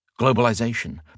Globalization